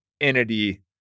entity